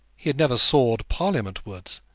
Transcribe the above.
he had never soared parliamentwards,